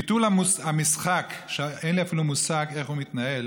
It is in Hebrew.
ביטול המשחק, שאין לי אפילו מושג איך הוא מתנהל,